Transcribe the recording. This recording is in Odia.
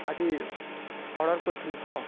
ଆଜି ଅର୍ଡ଼ର କରିଥିଲି ତ